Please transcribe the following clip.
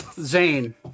Zane